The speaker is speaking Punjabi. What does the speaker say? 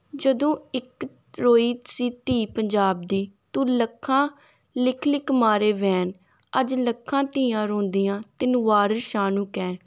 ਜਦੋਂ ਇੱਕ ਰੋਈ ਸੀ ਧੀ ਪੰਜਾਬ ਦੀ ਤੂੰ ਲੱਖਾਂ ਲਿਖ ਲਿਖ ਮਾਰੇ ਵੈਣ ਅੱਜ ਲੱਖਾਂ ਧੀਆਂ ਰੋਂਦੀਆਂ ਤੈਨੂੰ ਵਾਰਸ਼ ਸ਼ਾਹ ਨੂੰ ਕਹਿਣ